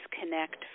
disconnect